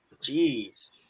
Jeez